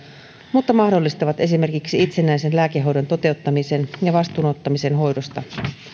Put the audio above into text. mutta mahdollistavat esimerkiksi itsenäisen lääkehoidon toteuttamisen ja vastuunottamisen hoidosta